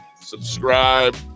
subscribe